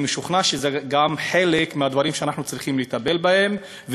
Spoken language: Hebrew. והיא שאני משוכנע שזה אחד מהדברים שאנחנו צריכים לטפל בהם,